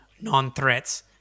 non-threats